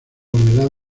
humedad